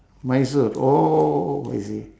mysore oh I see